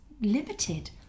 limited